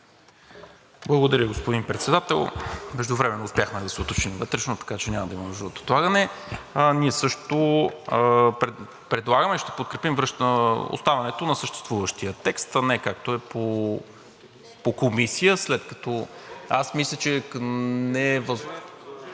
Благодаря, господин Председател. Междувременно успяхме да се уточним вътрешно, така че няма да има нужда от отлагане. Ние също предлагаме и ще подкрепим оставането на съществуващия текст, а не както е по Комисия, след като... (Шум и реплики